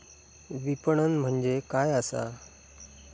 विपणन म्हणजे काय असा?